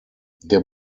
der